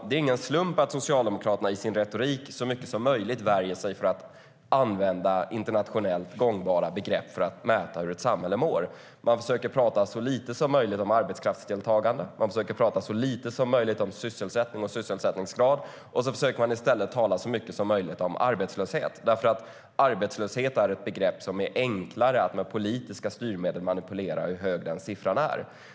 Det är ingen slump att Socialdemokraterna i sin retorik så mycket som möjligt värjer sig mot att använda internationellt gångbara begrepp för att mäta hur ett samhälle mår. Man försöker att prata så lite som möjligt om arbetskraftsdeltagande, om sysselsättning och om sysselsättningskrav. I stället försöker man att tala så mycket som möjligt om arbetslöshet, därför att arbetslöshet är ett begrepp som är enklare att manipulera med politiska styrmedel, hur hög den siffran än är.